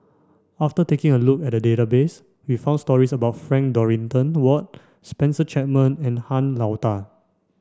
after taking a look at the database we found stories about Frank Dorrington Ward Spencer Chapman and Han Lao Da